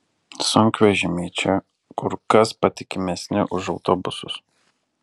sunkvežimiai čia kur kas patikimesni už autobusus